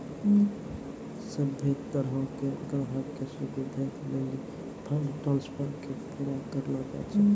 सभ्भे तरहो के ग्राहको के सुविधे लेली फंड ट्रांस्फर के पूरा करलो जाय छै